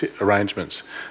arrangements